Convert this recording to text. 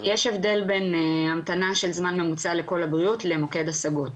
בין המתנה של זמן ממוצע לקול הבריאות למוקד השגות.